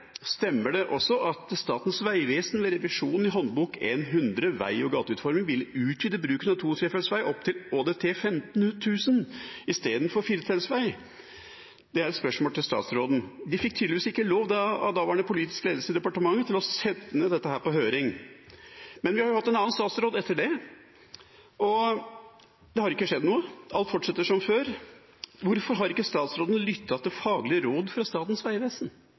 stemmer det også at Statens vegvesen ved revisjon av håndboka N100 Veg- og gateutforming vil utvide bruken av to-/trefeltsvei opp til ÅDT 15 000 istedenfor firefeltsvei? Det er et spørsmål til statsråden. De fikk tydeligvis ikke lov av daværende politisk ledelse i departementet til å sende dette på høring, men vi har hatt en annen statsråd etter det, og det har ikke skjedd noe. Alt fortsetter som før. Hvorfor har ikke statsråden lyttet til faglige råd fra Statens vegvesen?